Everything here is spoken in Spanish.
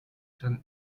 san